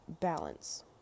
balance